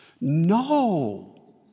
No